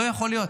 לא יכול להיות.